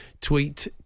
tweet